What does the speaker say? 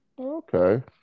Okay